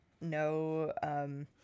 No